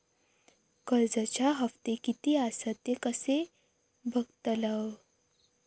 कर्जच्या हप्ते किती आसत ते कसे बगतलव?